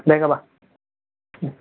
ಬೇಗ ಬಾ